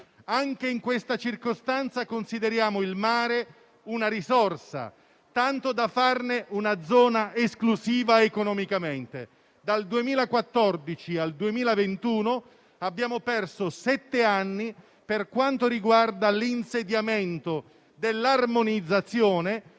Anche in questa circostanza consideriamo il mare una risorsa, tanto da farne una zona esclusiva economicamente. Dal 2014 al 2021 abbiamo perso sette anni per quanto riguarda l'insediamento dell'armonizzazione